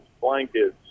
blankets